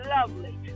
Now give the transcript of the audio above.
lovely